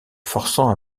forçant